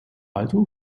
alto